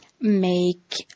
make